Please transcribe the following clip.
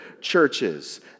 churches